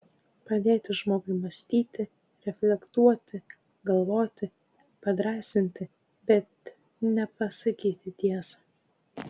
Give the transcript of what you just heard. padėti žmogui mąstyti reflektuoti galvoti padrąsinti bet ne pasakyti tiesą